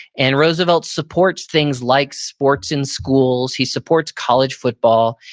and roosevelt supports things like sports in schools. he supports college football.